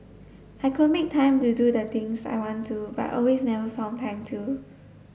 I could make time to do the things I want to but always never found time to